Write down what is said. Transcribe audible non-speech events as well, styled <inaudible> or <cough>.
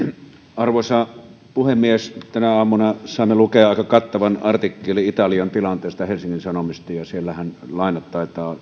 arvoisa puhemies tänä aamuna saimme lukea aika kattavan artikkelin italian tilanteesta helsingin sanomista ja ja siellähän lainat taitavat <unintelligible>